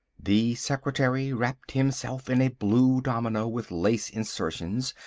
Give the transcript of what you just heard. the secretary wrapped himself in a blue domino with lace insertions,